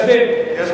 מתקדם.